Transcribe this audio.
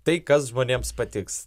tai kas žmonėms patiks